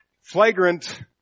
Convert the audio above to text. flagrant